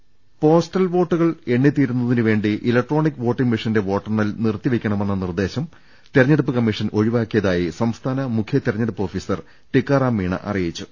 ദർവ്വെടെട postal വോട്ടുകൾ എണ്ണിത്തീരുന്നതിന് വേണ്ടി ഇലക്ട്രോണിക് വോട്ടിംഗ് മെഷീന്റെ വോട്ടെണ്ണൽ നിർത്തിവെയ്ക്കണമെന്ന നിർദ്ദേശം തെര ഞ്ഞെടുപ്പ് കമ്മീഷൻ ഒഴിവാക്കിയതായി സംസ്ഥാന മുഖ്യ തെരഞ്ഞെടുപ്പ് ഓഫീസർ ടിക്കാറാം മീണ അറിയിച്ചു